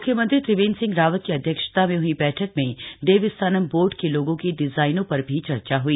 मुख्यमंत्री त्रिवेन्द्र सिंह रावत की अध्यक्षता में हई बैठक में देवस्थानम बोर्ड के लोगो की डिजाइनों पर भी चर्चा हुई